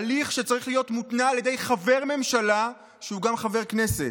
הליך שצריך להיות מותנע על ידי חבר ממשלה שהוא גם חבר כנסת.